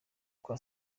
kwa